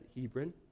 Hebron